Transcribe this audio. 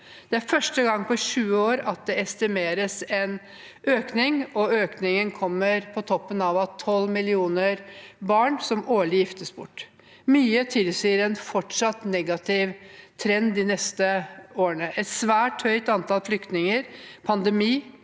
Det er første gang på 20 år at det estimeres en økning, og økningen kommer på toppen av at 12 millioner barn årlig giftes bort. Mye tilsier en fortsatt negativ trend de neste årene: et svært høyt antall flyktninger, pandemi,